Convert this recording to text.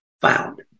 found